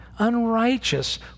unrighteous